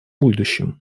будущем